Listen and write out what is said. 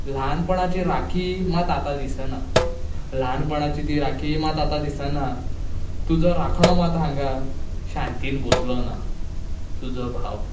ल्हानपणाची ती राखी मात आतां दिसना ल्हानपणाची ती राखी आतां मात दिसना तुजो राखणो मात हांगां शांतीन बसलो ना तुजो भाव